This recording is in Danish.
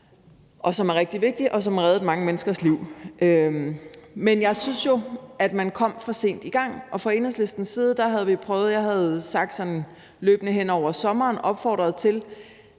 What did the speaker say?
som er rigtig vigtigt, og som har reddet mange menneskers liv. Men jeg synes jo, at man kom for sent i gang. Og fra Enhedslistens side havde vi prøvet på sådan løbende hen over sommeren at opfordre til,